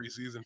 preseason